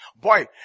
Boy